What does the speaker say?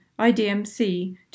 IDMC